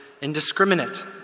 indiscriminate